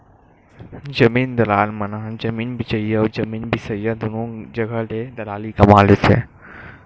जमीन दलाल मन ह जमीन बेचइया अउ जमीन बिसईया दुनो जघा ले दलाली कमा लेथे